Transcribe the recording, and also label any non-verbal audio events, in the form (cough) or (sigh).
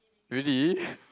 really (breath)